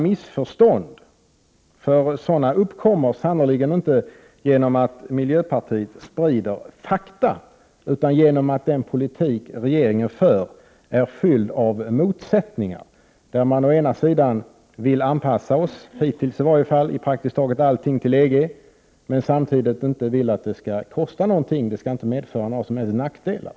Missförstånd uppkommer inte genom att miljöpartiet sprider fakta utan genom att den politik regeringen för är fylld av motsättningar: Å ena sidan vill man anpassa oss— det har man i varje fall hittills velat — i praktiskt taget alla avseenden till EG, å andra sidan vill man inte att det skall kosta någonting; det skall inte medföra några som helst nackdelar.